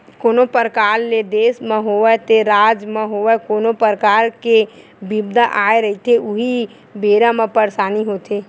कोनो परकार ले देस म होवय ते राज म होवय कोनो परकार के बिपदा आए रहिथे उही बेरा म परसानी होथे